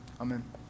Amen